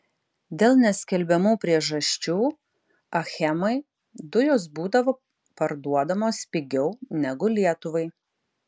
dėl neskelbiamų priežasčių achemai dujos būdavo parduodamos pigiau negu lietuvai